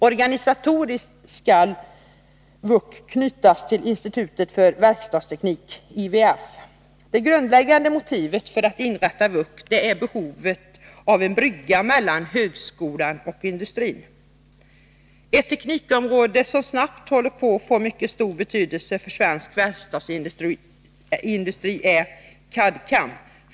Organisatoriskt skall verkstadstekniska utvecklingscentra knytas till institutet för verkstadteknik — IVF. Det grundläggande motivet för att inrätta verkstadstekniska utvecklingscentra är behovet av en ”brygga” mellan högskolan och industrin. Ett teknikområde som snabbt håller på att få mycket stor betydelse för svensk verkstadsindustri är CAD/CAM.